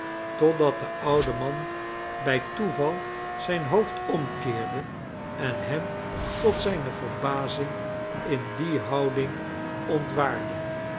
totdat de oude man bij toe val zijn hoofd omkeerde en hem tot zijne verbazing in die houding